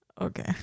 Okay